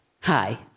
Hi